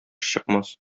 чыкмас